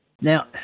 Now